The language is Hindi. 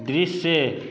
दृश्य